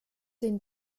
den